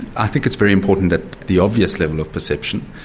i think it's very important that the obvious level of perception,